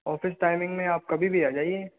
office timing में आप कभी भी आ जाइए